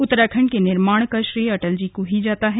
उत्तराखंड के निर्माण का श्रेय अटल जी को ही जाता है